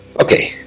Okay